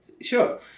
Sure